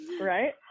Right